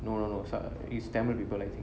no no no is tamil people like thing